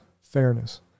fairness